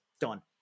done